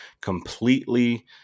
completely